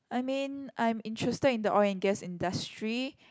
I mean I'm interested in the oil and gas industry